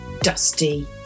dusty